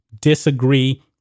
disagree